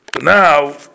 Now